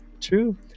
True